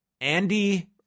Andy